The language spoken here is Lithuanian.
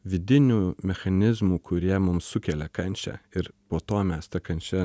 vidinių mechanizmų kurie mums sukelia kančią ir po to mes ta kančia